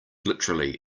literally